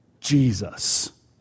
Jesus